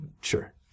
Sure